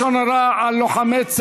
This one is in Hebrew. לשון הרע על לוחמי צה"ל),